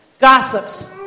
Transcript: gossips